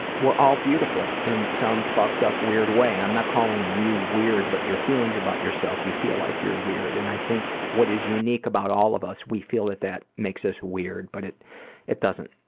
we're all beautiful in some fucked-up, weird way. and i'm not calling you weird, but your feelings about yourself, you feel like you're weird. and i think what is unique about all of us, we feel that that makes us weird, but it it doesn't.